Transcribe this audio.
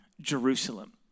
Jerusalem